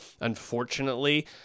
unfortunately